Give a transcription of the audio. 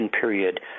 period